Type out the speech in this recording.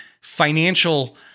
financial